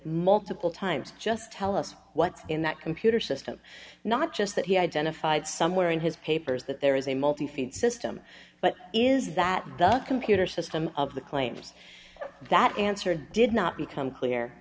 multiple times just tell us what's in that computer system not just that he identified somewhere in his papers that there is a multi field system but is that the computer system of the claims that answer did not become clear